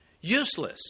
Useless